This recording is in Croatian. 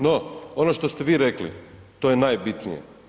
No, ono što ste vi rekli to je najbitnije.